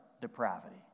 depravity